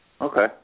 Okay